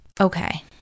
Okay